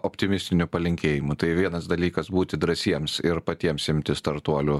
optimistiniu palinkėjimu tai vienas dalykas būti drąsiems ir patiems imtis startuolių